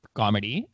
comedy